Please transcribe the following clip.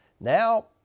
Now